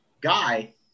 guy